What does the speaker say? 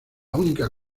única